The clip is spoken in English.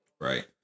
Right